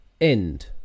end